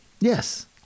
Yes